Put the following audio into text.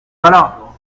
pas